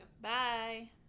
Bye